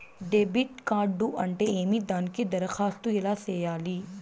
debit card అంటే ఏమి దానికి దరఖాస్తు ఎలా సేయాలి